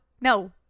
No